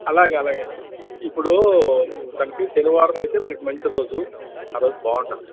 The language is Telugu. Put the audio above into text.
అలాగే అలాగే ఇప్పుడు దానికి శనివారం అయితే మనకి మంచి రోజు ఆ రోజు బాగుంటుంది